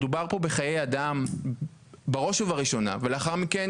מדובר פה בחיי אדם בראש ובראשונה ולאחר מכן